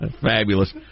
Fabulous